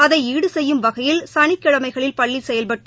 அதை ஈடு செய்யும் வகையில் சளிக்கிழமைகளில் பள்ளி செயல்பட்டு